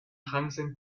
hansen